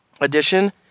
edition